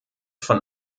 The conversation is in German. von